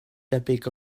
debyg